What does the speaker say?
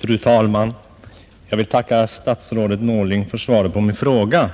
Fru talman! Jag vill tacka statsrådet Norling för svaret på min fråga.